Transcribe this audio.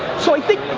so i think